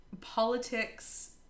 politics